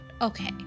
Okay